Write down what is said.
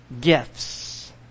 Gifts